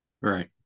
Right